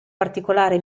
particolare